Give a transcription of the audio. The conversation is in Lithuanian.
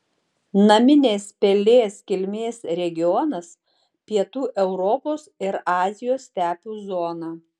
naminės pelės kilmės regionas pietų europos ir azijos stepių zona